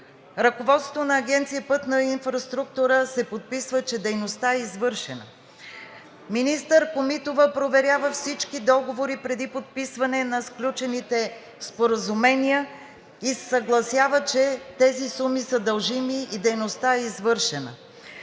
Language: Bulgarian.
Ръководството на Агенция „Пътна инфраструктура“ се подписва, че дейността е извършена. Министър Комитова проверява всички договори преди подписване на сключените споразумения и се съгласява, че тези суми са дължими и дейността е извършена.